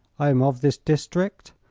i am of this district,